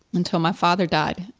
until my father died.